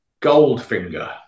Goldfinger